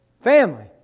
Family